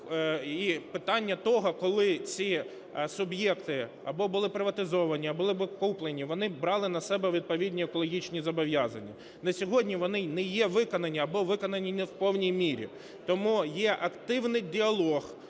І питання того, коли ці суб'єкти, або були приватизовані, або були куплені, вони брали на себе відповідні екологічні зобов'язання. На сьогодні вони не є виконані або виконані не в повній мірі. Тому є активний діалог